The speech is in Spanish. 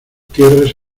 tierras